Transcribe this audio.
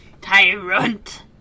tyrant